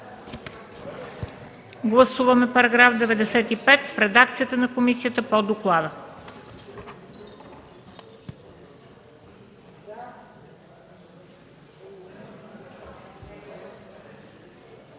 Гласуваме § 94 в редакцията на комисията по доклада.